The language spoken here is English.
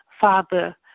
Father